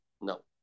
No